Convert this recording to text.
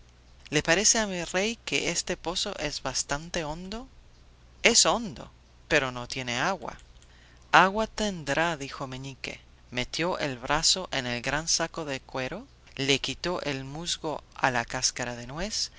le parece a mi rey que este pozo es bastante hondo es hondo pero no tiene agua agua tendrá dijo meñique metió el brazo en el gran saco de cuero le quitó el musgo a la cáscara de nuez